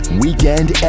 weekend